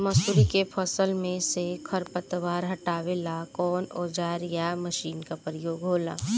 मसुरी के फसल मे से खरपतवार हटावेला कवन औजार या मशीन का प्रयोंग होला?